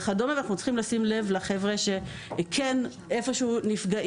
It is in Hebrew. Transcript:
ואנחנו צריכים לשים לב שלחבר'ה שכן נפגעים.